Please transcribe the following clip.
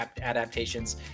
adaptations